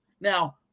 Now